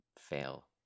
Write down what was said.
fail